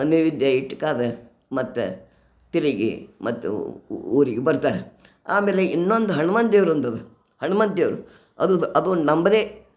ನೈವೇದ್ಯ ಇಟ್ಟು ಕಾದೆ ಮತ್ತೆ ತೆರಿಗೆ ಮತ್ತೆ ಊರಿಗೆ ಬರ್ತಾರೆ ಆಮೇಲೆ ಇನ್ನೊಂದು ಹನುಮಾನ್ ದೇವ್ರೊಂದು ಅದ ಹನುಮಾನ್ ದೇವ್ರು ಅದು ಅದು ನಂಬದೇ